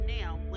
now